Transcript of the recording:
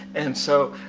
and so,